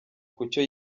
kucyo